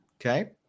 Okay